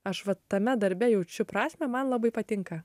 aš va tame darbe jaučiu prasmę man labai patinka